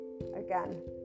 again